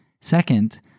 Second